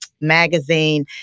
magazine